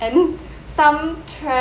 and some